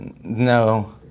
No